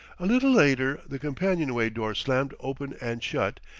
a little later the companion-way door slammed open and shut,